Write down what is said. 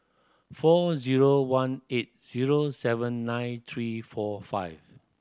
four zero one eight zero seven nine three four five